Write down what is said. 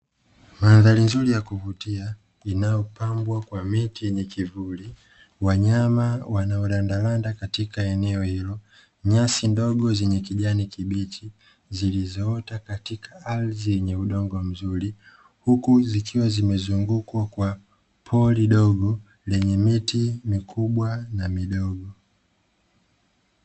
Mandhari nzuri ya kuvutia inayopambwa kwa miti yenye kivuli. Wanyama wanaorandaranda katika eneo ilo. Nyasi ndogo zenye kijani kibichi, zilizotoka katika ardhi yenye udongo mzuri. Huku zikiwa zimezungukwa kwa pori dogo lenye miti mikubwa na midogo.